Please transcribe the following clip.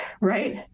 right